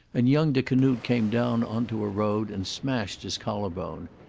and young de canute came down on to a road and smashed his collar bone.